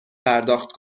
پرداخت